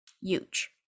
huge